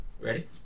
Ready